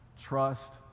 trust